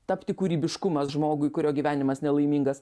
tapti kūrybiškumas žmogui kurio gyvenimas nelaimingas